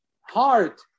heart